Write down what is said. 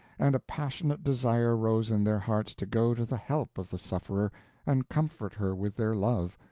and a passionate desire rose in their hearts to go to the help of the sufferer and comfort her with their love,